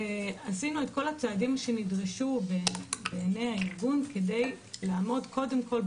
עשינו את כל הצעדים שנדרשו בעיני הארגון כדי לעמוד קודם כל,